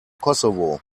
kosovo